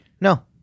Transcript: No